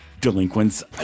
delinquents